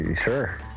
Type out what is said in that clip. Sure